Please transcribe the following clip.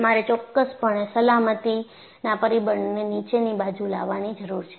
તમારે ચોક્કસપણે સલામતીના પરિબળને નીચેની બાજુ લાવવાની જરૂર છે